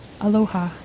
Aloha